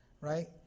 right